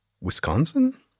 Wisconsin